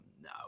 no